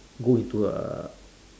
go into uh